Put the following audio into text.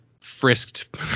frisked